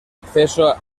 acceso